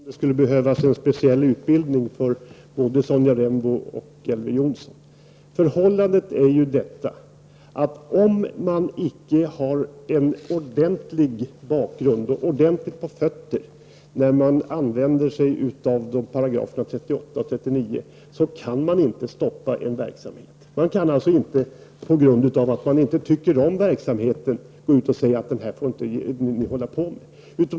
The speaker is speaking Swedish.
Herr talman! Jag undrar om inte det skulle behövas en specialutbildning för både Sonja Rembo och Elver Jonsson. Förhållandet är detta att om man icke har en ordentlig bakgrund och ordentligt på fötterna när man använder sig av 38--39 §§ kan man inte stoppa en verksamhet. Man kan inte på grund av att man inte tycker om en verksamhet gå ut och säga: Det här får ni inte hålla på med.